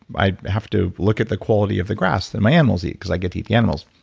i have to look at the quality of the grass that my animals eat because i get to eat the animals.